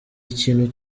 ikintu